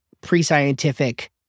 pre-scientific